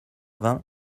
vingt